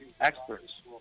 experts